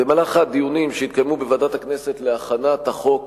במהלך הדיונים שהתקיימו בוועדת הכנסת להכנת החוק